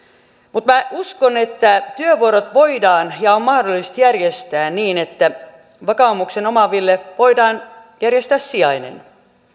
mutta minä uskon että työvuorot voidaan ja on mahdollista järjestää niin että vakaumuksen omaaville voidaan järjestää sijainen